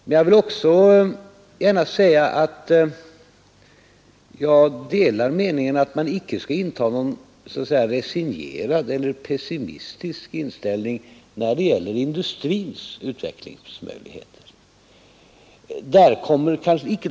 Men jag vill också gärna säga att jag delar meningen att man inte skall inta någon resignerad eller pessimistisk attityd när det gäller industrins utvecklingsmöjligheter.